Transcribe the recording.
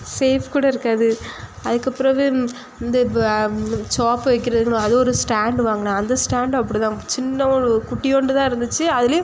safe கூட இருக்காது அதுக்குப்பிறவு இந்த வா சோப்பு வைக்கிறதுன்னு அது ஒரு ஸ்டாண்டு வாங்கினேன் அந்த ஸ்டாண்டும் அப்படி தான் சின்ன ஒரு குட்டியோண்டு தான் இருந்துச்சு அதுலையும்